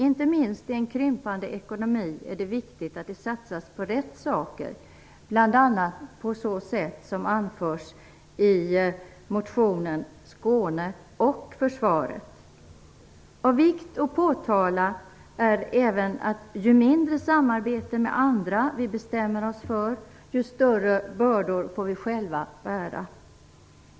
Inte minst i en krympande ekonomi är det viktigt att det satsas på rätt saker, bl.a. på sätt som anförs i vår motion, Skåne och försvaret. Av vikt att påtala är även att ju mindre samarbete med andra vi bestämmer oss för, ju större bördor vår vi själva bära.